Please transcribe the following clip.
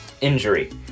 injury